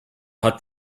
hat